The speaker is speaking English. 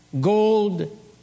gold